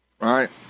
right